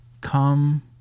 come